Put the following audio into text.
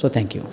so thank you